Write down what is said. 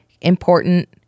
important